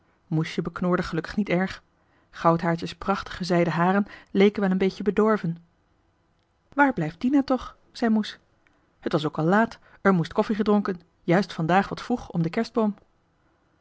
moesje beknorde gelukkig niet erg goudhaartje's prachtige zijden haren leken wel een beetje bedorven waar blijft dina toch zei moes het was ook al laat er moest koffiegedronken juist vandaag wat vroeg om den kerstboom